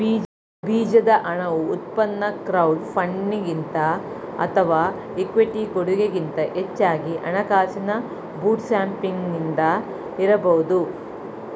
ಬೀಜದ ಹಣವು ಉತ್ಪನ್ನ ಕ್ರೌಡ್ ಫಂಡಿಂಗ್ನಿಂದ ಅಥವಾ ಇಕ್ವಿಟಿ ಕೊಡಗೆ ಗಿಂತ ಹೆಚ್ಚಾಗಿ ಹಣಕಾಸಿನ ಬೂಟ್ಸ್ಟ್ರ್ಯಾಪಿಂಗ್ನಿಂದ ಬರಬಹುದು